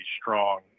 strong